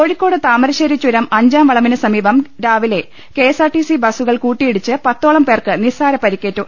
കോഴിക്കോട് താമരശ്ശേരി ചുരം അഞ്ചാം വളവിന് സമീപം രാവിലെ കെഎസ്ആർടിസി ബ്രസ്സുകൾ കൂട്ടിയിടിച്ച് പത്തോളം പേർക്ക് നിസ്സാര പരിക്കേറ്റു